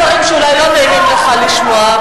הוא אומר דברים שאולי לא נעים לך לשמוע,